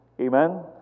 Amen